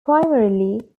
primarily